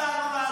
מה.